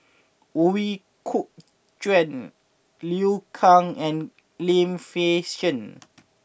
Ooi Kok Chuen Liu Kang and Lim Fei Shen